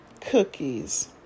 cookies